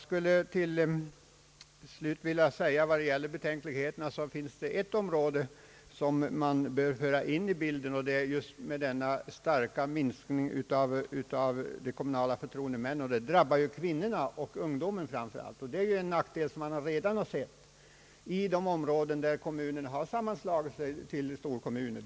Vidare är det också en annan sak, som bör med i bilden, nämligen den starka minskningen av antalet kommunala förtroendemän, en minskning som framför allt drabbar kvinnorna och ung domen. Det är en nackdel som redan har förmärkts i de områden där kommunerna gått samman i storkommuner.